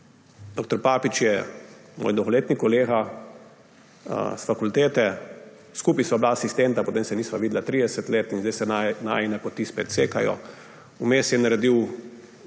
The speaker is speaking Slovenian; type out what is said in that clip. Dr. Papič je moj dolgoletni kolega s fakultete. Skupaj sva bila asistenta, potem se nisva videla 30 let in zdaj se najine poti spet sekajo. Vmes je naredil